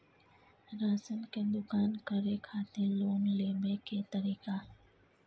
Ration के दुकान करै खातिर लोन लेबै के तरीका?